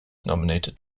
nominated